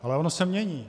Ale ono se mění.